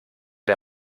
der